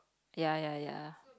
ya ya ya